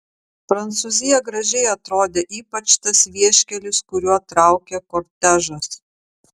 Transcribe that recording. prancūzija gražiai atrodė ypač tas vieškelis kuriuo traukė kortežas